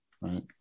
Right